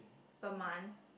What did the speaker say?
per month